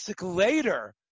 later